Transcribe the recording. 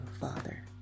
Father